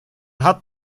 hat